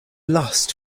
lust